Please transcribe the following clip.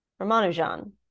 ramanujan